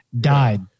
died